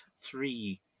three